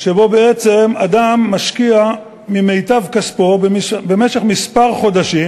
שבהם בעצם אדם משקיע ממיטב כספו במשך כמה חודשים,